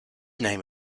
name